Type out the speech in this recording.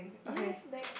yes next